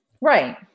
Right